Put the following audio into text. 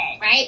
right